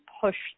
push